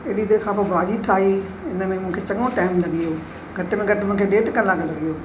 हेॾी देर खां पोइ भाॼी ठाहे जंहिंमे मूंखे चङो टाइम लॻी वियो घटि में घटि मूंखे ॾेढु कलाकु लॻी वियो